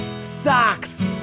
Socks